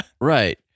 right